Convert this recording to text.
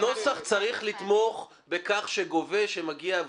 הנוסח צריך לתמוך בכך שגובה שמגיע,